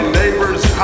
neighbor's